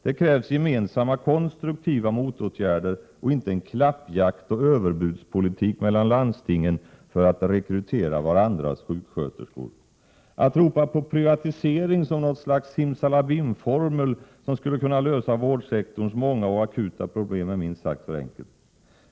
Det krävs gemensamma konstruktiva motåtgärder och inte en klappjakt och överbudspolitik mellan landstingen för att rekrytera varandras sjuksköterskor. Att ropa på privatisering som något slags simsalabimformel som skulle kunna lösa vårdsektorns många och akuta problem är minst sagt för enkelt.